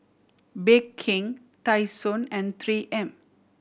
Bake King Tai Sun and Three M